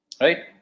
Right